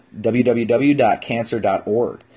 www.cancer.org